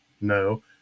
No